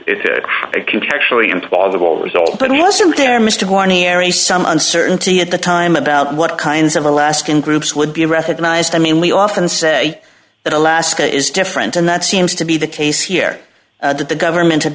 ery some uncertainty at the time about what kinds of alaskan groups would be recognized i mean we often say that alaska is different and that seems to be the case here that the government